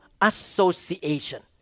association